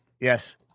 yes